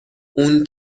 اون